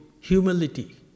humility